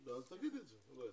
אז תגידי את זה, אין בעיה.